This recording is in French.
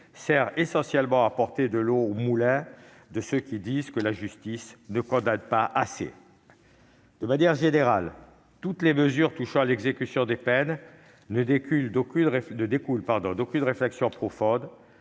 sert essentiellement à apporter de l'eau au moulin de ceux qui affirment que la justice ne condamne pas assez. De manière générale, aucune des mesures de ce texte qui touchent à l'exécution des peines ne découle d'une réflexion profonde